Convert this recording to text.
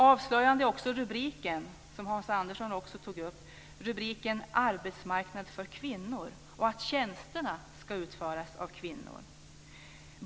Avslöjande är också rubriken, som Hans Andersson också tog upp, Arbetsmarknad för kvinnor, och att tjänsterna ska utföras av kvinnor.